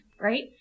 right